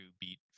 beat